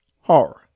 horror